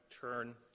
turn